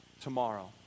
tomorrow